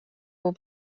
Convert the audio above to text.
will